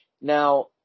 Now